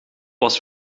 was